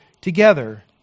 together